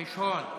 מיש הון,